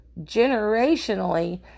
generationally